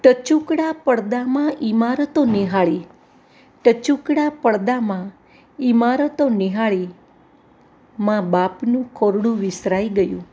ટચૂકડા પડદામાં ઇમારતો નિહાળી ટચૂકડા પડદામાં ઇમારતો નિહાળી મા બાપનું ખોરડું વિસરાઈ ગયું